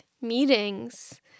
meetings